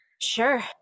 Sure